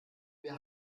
wir